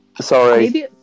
Sorry